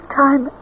time